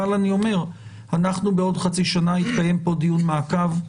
אבל אני אומר שבעוד חצי שנה יתקיים פה דיון מעקב.